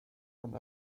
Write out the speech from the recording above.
von